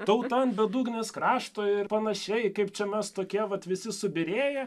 tauta ant bedugnės krašto ir panašiai kaip čia mes tokie vat visi subyrėję